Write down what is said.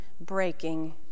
breaking